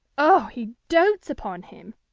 oh, he dotes upon him!